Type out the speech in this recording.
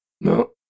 No